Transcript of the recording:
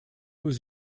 was